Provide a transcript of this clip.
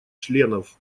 членов